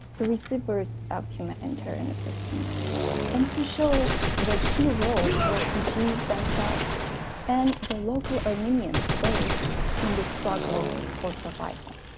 the receivers of humanitarian assistance and to show the key role refugees themselves and the local armenians played in the struggle for survival